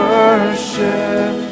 Worship